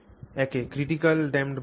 একে critically damped বলা হয়